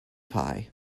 pie